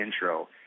intro